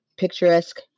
picturesque